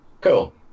Cool